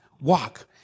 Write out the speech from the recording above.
walk